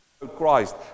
Christ